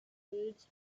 foods